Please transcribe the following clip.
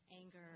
anger